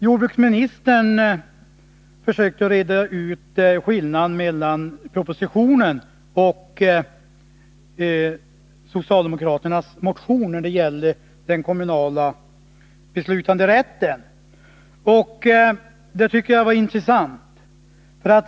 Jordbruksministern försökte reda ut skillnaden mellan propositionen och socialdemokraternas motion när det gällde den kommunala beslutanderätten. Det tycker jag var intressant.